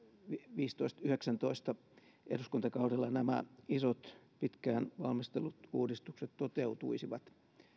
viisitoista viiva yhdeksäntoista nämä isot pitkään valmistellut uudistukset toteutuisivat